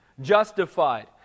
Justified